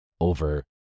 over